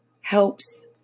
helps